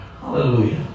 Hallelujah